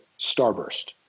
Starburst